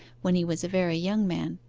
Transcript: when he was a very young man,